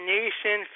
nation